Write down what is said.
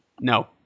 No